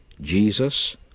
Jesus